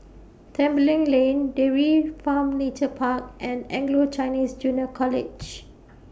Tembeling Lane Dairy Farm Nature Park and Anglo Chinese Junior College